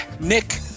Nick